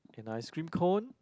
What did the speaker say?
an ice cream cone